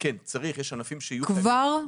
כבר?